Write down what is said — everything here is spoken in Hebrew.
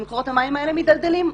מקורות המים האלה מידלדלים.